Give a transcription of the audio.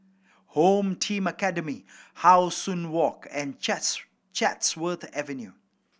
Home Team Academy How Sun Walk and Chats Chatsworth Avenue